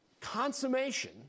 consummation